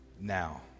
now